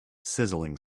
sizzling